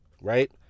Right